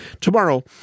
Tomorrow